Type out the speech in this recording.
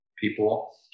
people